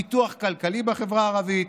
פיתוח כלכלי בחברה הערבית,